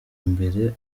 mbere